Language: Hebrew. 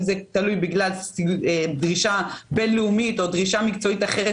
אם זה בגלל דרישה בין-לאומית או דרישה מקצועית אחרת